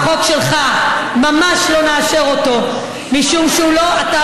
החוק שלך: ממש לא נאשר אותו משום שאתה